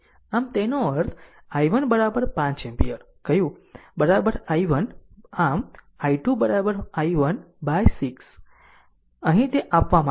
આમ તેનો અર્થ i1 5 એમ્પીયર કહ્યું i1 આમ i2 i1 by 6 અહીં તે આપવામાં આવ્યું છે